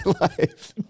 life